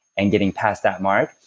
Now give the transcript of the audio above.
and getting past that mark,